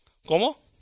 ¿Cómo